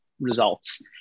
results